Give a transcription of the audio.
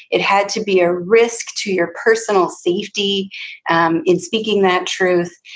it had to be a risk to your personal safety and in speaking that truth.